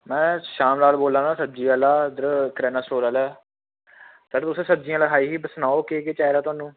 में शाम लाल बोल्ला ना सब्ज़ी आह्ला इद्धर किराना स्टोर आह्ला जेह्ड़ी तुसें सब्ज़ी लिखाई ही सनाओ केह् केह् चाहिदा थुहानू